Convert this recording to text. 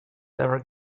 ever